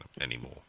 anymore